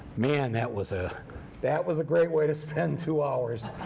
man, that was ah that was a great way to spend two hours!